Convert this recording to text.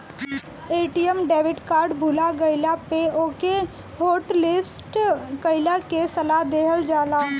ATM debit card भूला गईला पे ओके हॉटलिस्ट कईला के सलाह देहल जाला